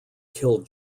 killed